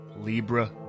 Libra